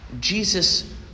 Jesus